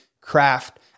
craft